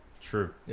True